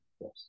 Yes